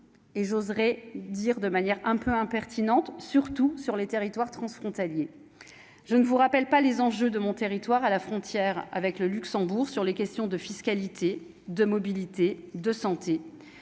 et j'oserais dire de manière un peu impertinente surtout sur les territoires transfrontaliers, je ne vous rappelle pas les enjeux de mon territoire, à la frontière avec le Luxembourg, sur les questions de fiscalité, de mobilité, de santé,